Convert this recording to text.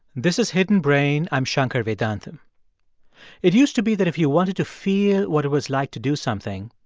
this is hidden brain. i'm shankar vedantam it used to be that if you wanted to feel what it was like to do something,